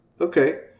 Okay